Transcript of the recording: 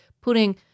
putting